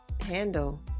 handle